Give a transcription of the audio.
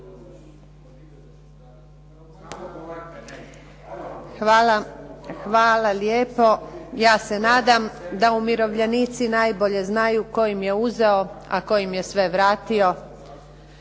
Hvala lijepa. Ja se nadam da umirovljenici najbolje znaju tko im je uzeo, a tko im je sve vratio.